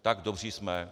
Tak dobří jsme.